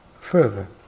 further